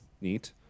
neat